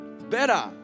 better